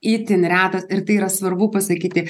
itin retos ir tai yra svarbu pasakyti